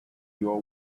your